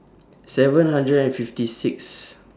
seven hundred and fifty Sixth